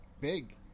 big